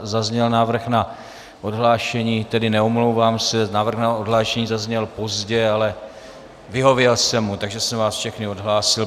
Zazněl návrh na odhlášení, tedy neomlouvám se, návrh na odhlášení zazněl pozdě, ale vyhověl jsem mu, takže jsem vás všechny odhlásil.